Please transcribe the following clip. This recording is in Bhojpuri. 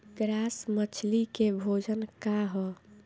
ग्रास मछली के भोजन का ह?